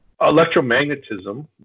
electromagnetism